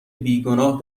بیگناه